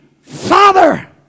Father